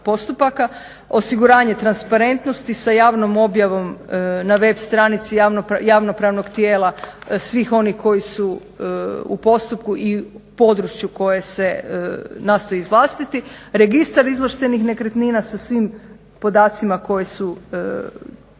osiguranje transparentnosti sa javnom objavom na web stranici javnopravnog tijela svih onih koji su u postupku i području koje se nastoji izvlastiti, registar izvlaštenih nekretnina sa svim podacima koje su u postupku